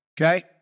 Okay